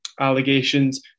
allegations